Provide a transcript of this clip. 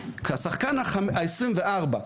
כשחקן ה-24,